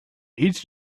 needs